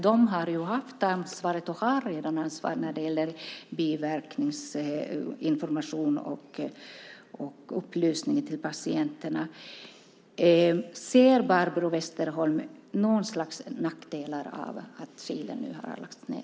De har ju haft ansvaret och har redan ansvar när det gäller biverkningsinformation och upplysning till patienterna. Ser Barbro Westerholm något slags nackdelar med att Kilen nu har lagts ned?